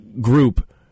group